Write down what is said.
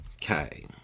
Okay